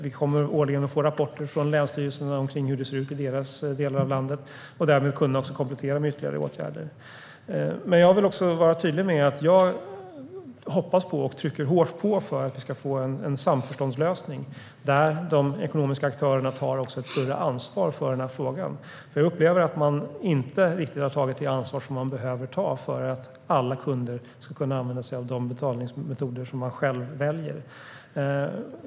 Vi kommer årligen att få rapporter från länsstyrelserna om hur det ser ut i deras delar av landet och därmed kunna komplettera med ytterligare åtgärder. Jag vill vara tydlig med att jag hoppas och trycker på hårt för att vi ska få en samförståndslösning där de ekonomiska aktörerna tar ett större ansvar för frågan. Jag upplever att man inte riktigt har tagit det ansvar som man behöver ta för att alla kunder ska kunna använda sig av de betalningsmetoder de själva väljer.